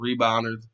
rebounders